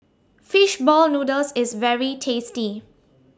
Fish Ball Noodles IS very tasty